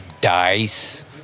dice